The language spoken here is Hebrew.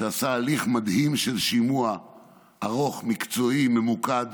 שעשה הליך מדהים של שימוע ארוך, מקצועי, ממוקד,